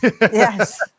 Yes